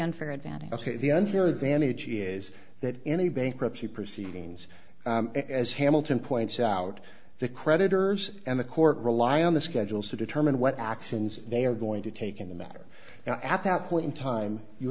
unfair advantage of the unfair advantage is that any bankruptcy proceedings as hamilton points out the creditors and the court rely on the schedules to determine what actions they are going to take in the matter at that point in time you